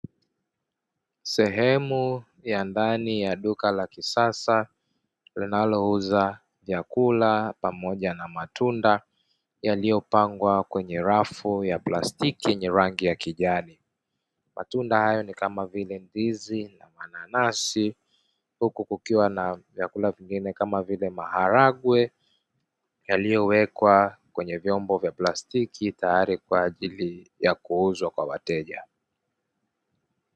Sehemu ya ndani ya duka la kisasa linalouza vyakula pamoja na matunda yaliyopangwa kwenye rafu ya plastiki yenye rangi ya kijani. Matunda hayo ni kama vile; ndizi na mananasi huku kukiwa na vyakula vingine kama vile; maharagwe yaliyowekwa kwenye vyombo vya plastiki tayari kwa ajili ya kuuzwa kwa wateja.